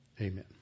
Amen